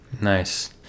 Nice